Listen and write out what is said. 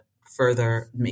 further